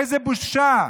איזו בושה.